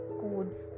codes